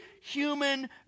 human